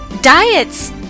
diets